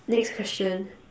next question